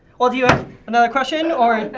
well do you have another question?